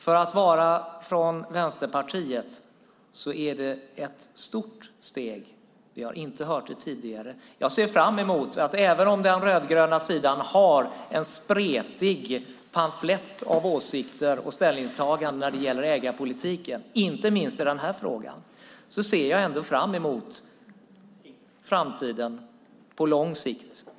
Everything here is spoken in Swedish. För att vara från Vänsterpartiet är det ett stort steg. Vi har inte hört det tidigare. Även om den rödgröna sidan har en spretig pamflett av åsikter och ställningstaganden när det gäller ägarpolitiken, inte minst i den här frågan, ser jag fram emot framtiden på lång sikt.